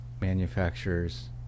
manufacturers